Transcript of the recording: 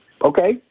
Okay